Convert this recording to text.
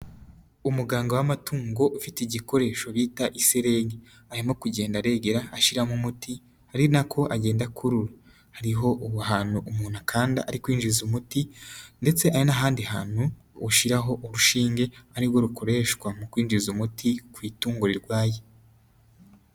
Umuganga w'amatungo ufite igikoresho bita iselenge arimo kugenda aregera ashyiramo umuti ari na ko agenda akurura, hariho ahantu umuntu akanda ari kwinjiza umuti ndetse hari n'ahandi hantu ushyiraho urushinge ari rwo rukoreshwa mu kwinjiza umuti ku itungo rirwaye.